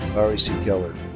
bari c. keller.